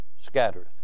scattereth